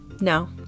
No